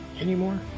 anymore